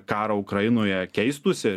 karą ukrainoje keistųsi